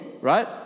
right